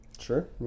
Sure